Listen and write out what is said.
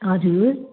हजुर